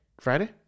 Friday